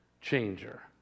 changer